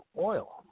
oil